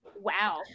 wow